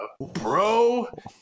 Bro